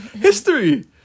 history